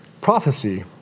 Prophecy